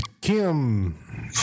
Kim